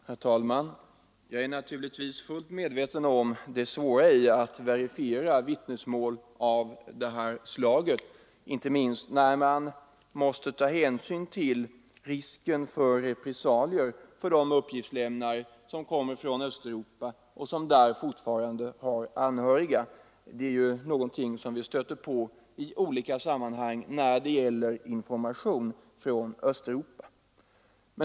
Herr talman! Jag är naturligtvis fullt medveten om att det är svårt att verifiera vittnesmål av detta slag, inte minst när man måste ta hänsyn till risken för repressalier för de uppgiftslämnare som kommer från Östeuropa och som fortfarande har anhöriga där. Detta är någonting som vi stöter på i olika sammanhang när det gäller information från Östeuropa.